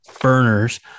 burners